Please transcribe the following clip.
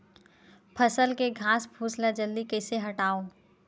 फसल के घासफुस ल जल्दी कइसे हटाव?